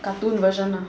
cartoon version lah